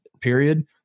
period